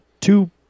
Two